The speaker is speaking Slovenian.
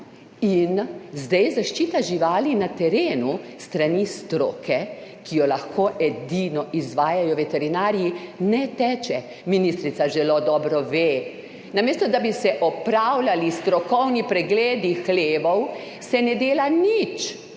In zdaj zaščita živali na terenu s strani stroke, ki jo lahko edino izvajajo veterinarji, ne teče. Ministrica zelo dobro ve. Namesto, da bi se opravljali strokovni pregledi hlevov, se ne dela nič,